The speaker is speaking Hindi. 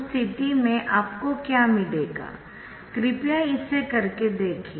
उस स्थिति में आपको क्या मिलेगा कृपया इसे कर के देखे